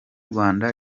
rwanda